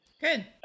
good